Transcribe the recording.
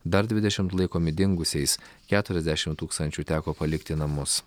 dar dvidešimt laikomi dingusiais keturiasdešim tūkstančių teko palikti namus